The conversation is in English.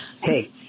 Hey